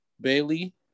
Bailey